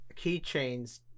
Keychains